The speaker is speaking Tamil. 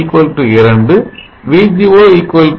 5 n 2 VGO 1